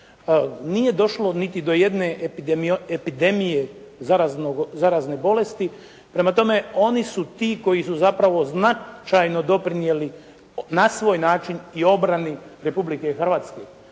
nije došlo niti do jedne epidemije zarazne bolesti. Prema tome, oni su ti koji su zapravo značajno doprinijeli na svoj način i obrani Republike Hrvatske.